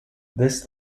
this